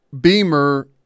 beamer